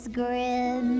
grin